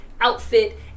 outfit